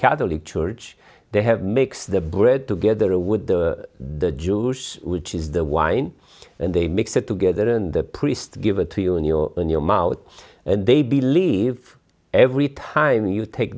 catholic church they have makes their bread together with the juice which is the wine and they mix it together and the priest give it to you and your in your mouth and they believe every time you take